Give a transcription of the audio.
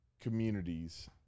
communities